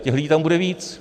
Těch lidí tam bude víc.